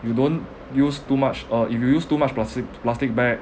if you don't use too much uh if you use too much plastic plastic bag